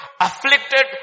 afflicted